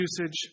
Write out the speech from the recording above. usage